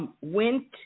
Went